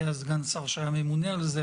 היה סגן שר שהיה ממונה על זה.